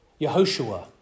Yehoshua